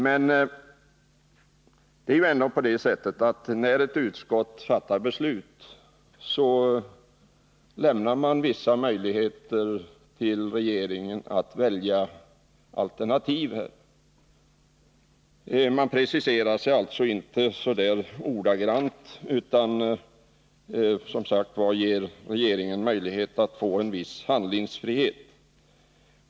Men när ett utskott fattar ett beslut lämnar man vissa möjligheter för regeringen att välja alternativ. Man preciserar sig alltså inte ordagrant utan ger som sagt regeringen en viss handlingsfrihet.